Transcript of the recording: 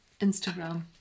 Instagram